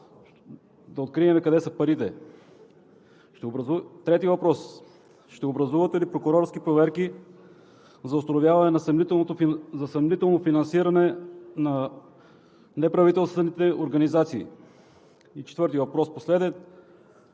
и да открием къде са парите? Трети въпрос: ще образувате ли прокурорски проверки за установяване на съмнително финансиране на неправителствените организации? И четвъртият, последен